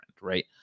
Right